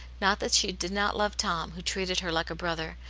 not that she did not love tom, who treated her like a brother,